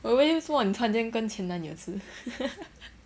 我以为为什么你突然间跟前男友吃